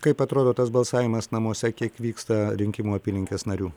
kaip atrodo tas balsavimas namuose kiek vyksta rinkimų apylinkės narių